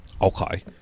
Okay